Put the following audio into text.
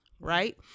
right